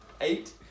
Eight